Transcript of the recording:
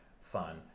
fun